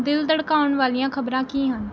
ਦਿਲ ਧੜਕਾਉਣ ਵਾਲੀਆਂ ਖਬਰਾਂ ਕੀ ਹਨ